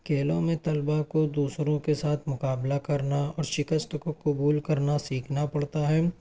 کھیلوں میں طلباء کو دوسروں کے ساتھ مقابلہ کرنا اور شکست کو قبول کرنا سیکھنا پڑتا ہے